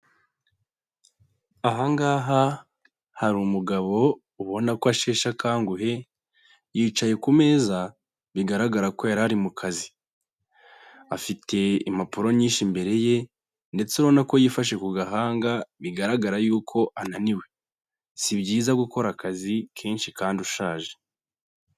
Aha ngaha hari umugabo ubona ko asheshe akanguhe yicaye ku meza bigaragara ko yari ari mu kazi, afite impapuro nyinshi imbere ye ndetse ubona ko yifashe ku gahanga bigaragara yuko ananiwe, si byiza gukora akazi kenshi kandi ushaje.